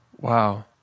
wow